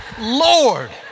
Lord